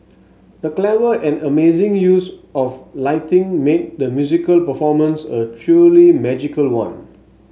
the clever and amazing use of lighting made the musical performance a truly magical one